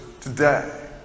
today